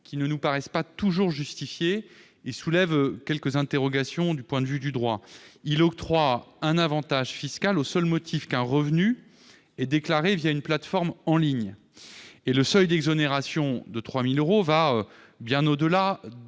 qui ne nous paraissent pas toujours justifiées et soulèvent quelques interrogations du point de vue du droit. Il octroie un avantage fiscal au seul motif qu'un revenu est déclaré une plateforme en ligne. De plus, le seuil d'exonération de 3 000 euros va bien au-delà